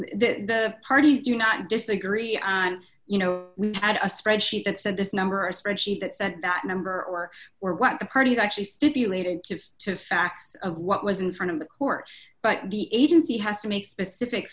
it parties do not disagree on you know we had a spreadsheet that said this number a spreadsheet that said that number or were what the parties actually stipulated to two facts of what was in front of the court but the agency has to make specific